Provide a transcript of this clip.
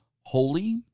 holy